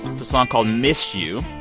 it's a song called miss you.